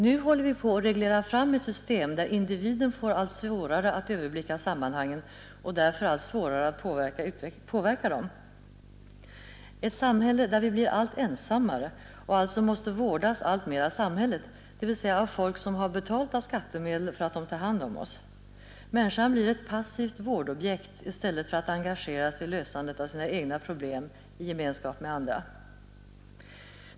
Nu håller vi på och reglerar fram ett system där individen får allt svårare att överblicka sammanhangen och därför allt svårare att påverka dem — ett samhälle där vi blir allt ensammare och alltså måste vårdas allt mer av samhället, dvs. av folk som har betalt av skattemedel för att de tar hand om oss. Människan blir ett passivt vårdobjekt i stället för att engageras i lösandet av sina egna problem i gemenskap med andra.